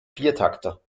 viertakter